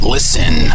Listen